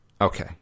Okay